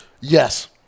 Yes